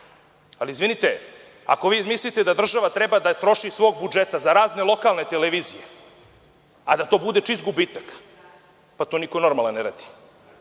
Izvinite, ako vi mislite da država treba da troši iz svoj budžeta za razne lokalne televizije, a da to bude čist gubitak, pa to niko normalan ne radi.